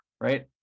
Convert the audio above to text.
right